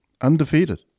undefeated